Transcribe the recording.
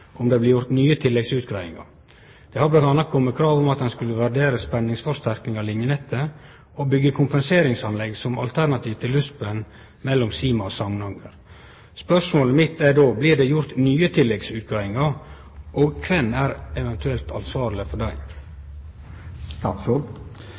om det blir gjort nye tilleggsutgreiingar. Det har bl.a. kome krav om at ein skulle vurdere spenningsforsterking av linjenettet og byggje kompenseringsanlegg som alternativ til luftspenn mellom Sima og Samnanger. Spørsmålet mitt er då: Blir det gjort nye tilleggsutgreiingar – og kven er eventuelt ansvarleg for dei?